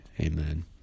amen